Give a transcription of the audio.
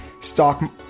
stock